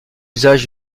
usage